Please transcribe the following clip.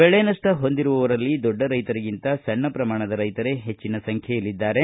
ಬೆಳೆನಪ್ಪ ಹೊಂದಿರುವವರಲ್ಲಿ ದೊಡ್ಡ ರೈತರಿಗಿಂತ ಸಣ್ಣ ಪ್ರಮಾಣದ ರೈತರೇ ಹೆಚ್ಚನ ಸಂಖ್ಯೆಯಲ್ಲಿದ್ದಾರೆ